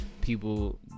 people